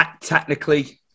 Technically